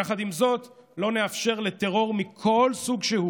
יחד עם זאת, לא נאפשר לטרור מכל סוג שהוא